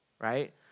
right